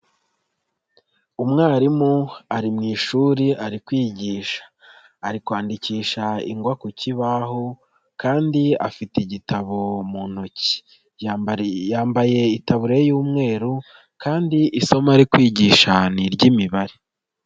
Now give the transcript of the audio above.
Umwarimu ari mu ishuri ari kwigisha, ari kwandikisha ingwa ku kibaho kandi afite igitabo mu intoki, yambaye itaburiya y'umweru kandi isomo ari kwigisha ni iry'imibare.